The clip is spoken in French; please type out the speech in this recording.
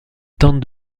tente